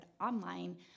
online